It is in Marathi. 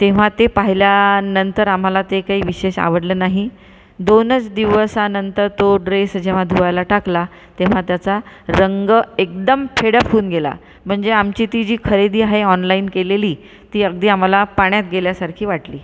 तेव्हा ते पाहिल्या नंतर आम्हाला ते काय विशेष आवडलं नाही दोनच दिवसानंतर तो ड्रेस जेव्हा धुवायला टाकला तेव्हा त्याचा रंग एकदम फिडक होऊन गेला म्हणजे आमची ती जी खरेदी आहे ऑनलाइन केलेली ती अगदी आम्हाला पाण्यात गेल्यासारखी वाटली